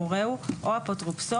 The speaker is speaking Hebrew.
הורהו או אפוטרופסו,